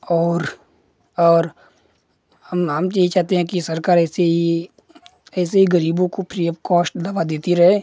और और हम हम यही चाहते हैं कि सरकार ऐसे ही ऐसे ही गरीबों को फ्री ऑफ कोस्ट दवा देती रहे